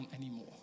anymore